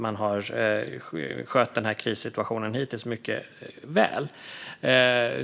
Man har hittills skött krissituationen mycket väl.